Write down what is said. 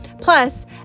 Plus